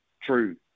true